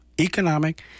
economic